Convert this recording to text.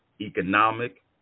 economic